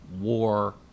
war